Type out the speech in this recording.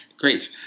Great